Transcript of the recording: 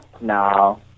No